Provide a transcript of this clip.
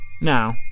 Now